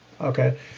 Okay